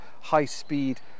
high-speed